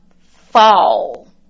fall